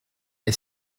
est